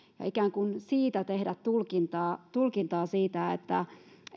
ja tehdä siitä tulkintaa siitä